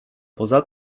poza